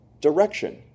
direction